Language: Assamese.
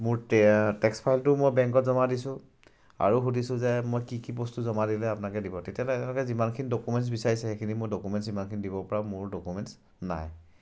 মোৰ টেক্স ফাইলটো মই বেংকত জমা দিছোঁ আৰু সুধিছোঁ যে মই কি কি বস্তু জমা দিলে আপোনালোকে দিব তেতিয়া তেওঁলোকে ক'লে যিমানখিনি ডকুমেণ্টছ বিচাৰিছে সেইখিনি মোৰ ডকুমেণ্টছ সিমানখিনি দিবপৰা মোৰ ডকুমেণ্টছ নাই